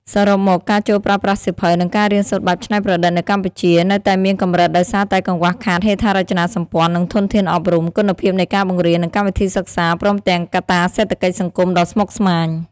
សរុបមក ការចូលប្រើប្រាស់សៀវភៅ និងការរៀនសូត្របែបច្នៃប្រឌិតនៅកម្ពុជានៅតែមានកម្រិតដោយសារតែកង្វះខាតហេដ្ឋារចនាសម្ព័ន្ធ និងធនធានអប់រំ គុណភាពនៃការបង្រៀន និងកម្មវិធីសិក្សា ព្រមទាំងកត្តាសេដ្ឋកិច្ចសង្គមដ៏ស្មុគស្មាញ។